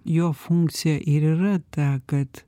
jo funkcija ir yra ta kad